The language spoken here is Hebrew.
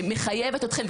שמחייבת אתכם,